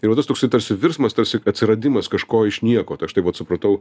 ir va tas toksai tarsi virsmas tarsi atsiradimas kažko iš nieko tai aš tai vat supratau